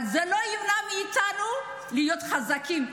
אבל זה לא ימנע מאיתנו להיות חזקים,